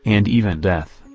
and even death,